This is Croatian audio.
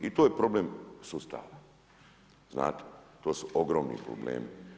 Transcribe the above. I to je problem sustava, znate, to su ogromni problemi.